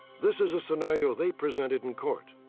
this is the scenario they presented in court.